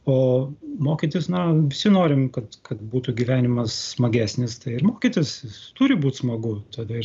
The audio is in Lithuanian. o mokytis na visi norim kad kad būtų gyvenimas smagesnis tai ir mokytis turi būti smagu tada ir